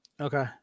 Okay